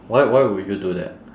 why why would you do that